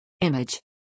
Image